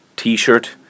T-shirt